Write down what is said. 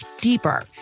deeper